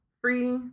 Free